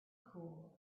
cooled